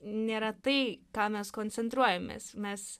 nėra tai ką mes koncentruojamės mes